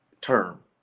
term